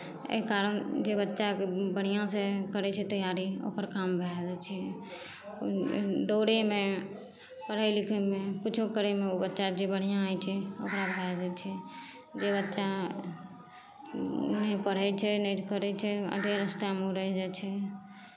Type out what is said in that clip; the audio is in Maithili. एहि कारण जे बच्चाके बढ़िआँसँ करै छै तैयारी ओकर काम भए जाइ छै दौड़यमे पढ़य लिखयमे किछो करयमे ओ बच्चा जे बढ़िआँ होइ छै ओकरा भए जाइ छै जे बच्चा नहि पढ़ै छै नहि करै छै आधे रस्तामे ओ रहि जाइ छै